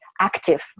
active